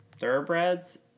Thoroughbreds